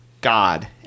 God